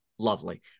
Lovely